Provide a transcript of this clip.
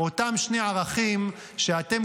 אותם שני ערכים שאתם,